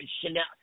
Chanel